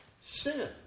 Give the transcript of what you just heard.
Sin